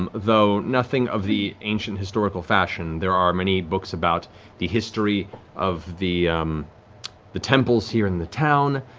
um though nothing of the ancient historical fashion. there are many books about the history of the the temples here in the town,